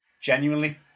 Genuinely